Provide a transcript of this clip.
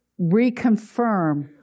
reconfirm